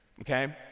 Okay